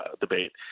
debate